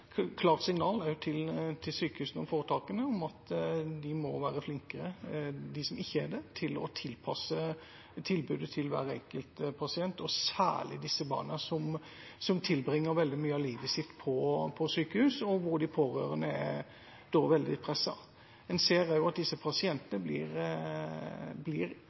klart signal til sykehusene og foretakene om at de må være flinkere – de som ikke er det – til å tilpasse tilbudet til hver enkelt pasient, og særlig disse barna, som tilbringer veldig mye av livet sitt på sykehus, og hvor de pårørende da er veldig presset. En ser også at disse pasientene gjerne blir ekstra syke jo eldre de blir,